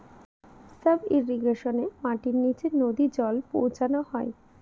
sub ইর্রিগেশনে মাটির নীচে নদী জল পৌঁছানো হয়